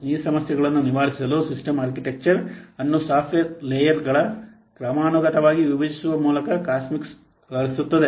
ಈ ಸಮಸ್ಯೆಗಳನ್ನು ನಿವಾರಿಸಲು ಸಿಸ್ಟಮ್ ಆರ್ಕಿಟೆಕ್ಚರ್ ಅನ್ನು ಸಾಫ್ಟ್ವೇರ್ ಲೇಯರ್ಗಳ ಕ್ರಮಾನುಗತವಾಗಿ ವಿಭಜಿಸುವ ಮೂಲಕ ಕಾಸ್ಮಿಕ್ಸ್ ವ್ಯವಹರಿಸುತ್ತದೆ